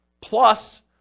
plus